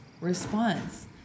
response